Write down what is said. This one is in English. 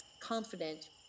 confident